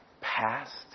Past